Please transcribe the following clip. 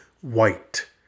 white